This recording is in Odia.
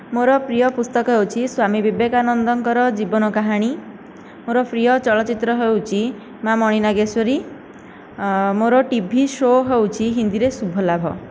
ମୋର ପ୍ରିୟ ପୁସ୍ତକ ହେଉଛି ସ୍ୱାମୀ ବିବେକାନନ୍ଦଙ୍କର ଜୀବନ କାହାଣୀ ମୋର ପ୍ରିୟ ଚଳଚ୍ଚିତ୍ର ହେଉଛି ମା ମଣି ନାଗେଶ୍ଵରୀ ମୋର ଟିଭି ଶୋ ହେଉଛି ହିନ୍ଦୀରେ ଶୁଭ ଲାଭ